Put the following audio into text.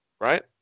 right